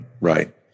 right